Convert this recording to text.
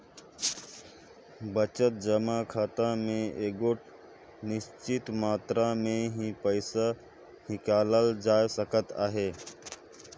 बचत जमा खाता में एगोट निच्चित मातरा में ही पइसा हिंकालल जाए सकत अहे